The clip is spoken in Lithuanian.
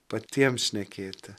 patiems šnekėti